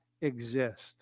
exist